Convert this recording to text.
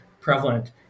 prevalent